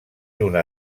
una